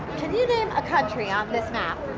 can you name a country on this map?